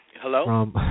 Hello